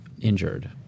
injured